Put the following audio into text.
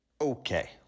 Okay